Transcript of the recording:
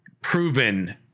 proven